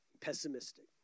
pessimistic